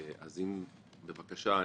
אז בבקשה,